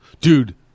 Dude